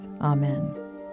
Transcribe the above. Amen